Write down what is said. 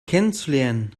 kennenzulernen